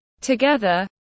Together